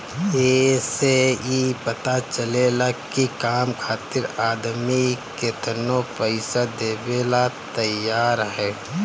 ए से ई पता चलेला की काम खातिर आदमी केतनो पइसा देवेला तइयार हअ